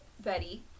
Betty